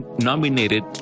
nominated